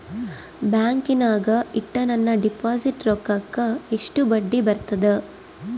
ಬ್ಯಾಂಕಿನಾಗ ಇಟ್ಟ ನನ್ನ ಡಿಪಾಸಿಟ್ ರೊಕ್ಕಕ್ಕ ಎಷ್ಟು ಬಡ್ಡಿ ಬರ್ತದ?